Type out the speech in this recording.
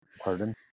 Pardon